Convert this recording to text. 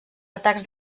atacs